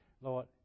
Lord